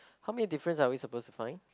how many difference are we supposed to find